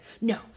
no